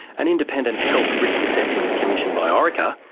an independent health risk assessment commissioned by orica,